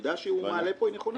הנקודה שהוא מעלה פה היא נכונה.